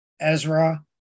Ezra